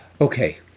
Okay